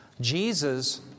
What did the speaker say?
Jesus